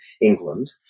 England